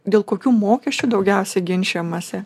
dėl kokių mokesčių daugiausiai ginčijamasi